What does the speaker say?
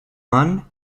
one